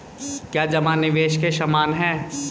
क्या जमा निवेश के समान है?